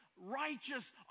righteous